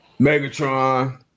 Megatron